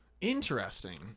Interesting